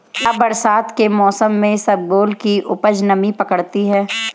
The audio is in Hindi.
क्या बरसात के मौसम में इसबगोल की उपज नमी पकड़ती है?